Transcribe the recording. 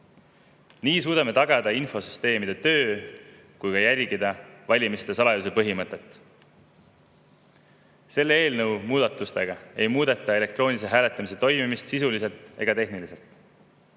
Nii suudame tagada infosüsteemide töö ja järgida ka valimiste salajasuse põhimõtet. Selle eelnõuga ei muudeta elektroonilise hääletamise toimimist sisuliselt ega tehniliselt.